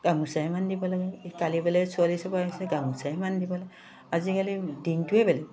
গামোচা ইমান দিব লাগে কালি বোলে ছোৱালী চাব আহিছে গামোচা ইমান দিব ল আজিকালি দিনটোৱে বেলেগ